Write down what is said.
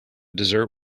dessert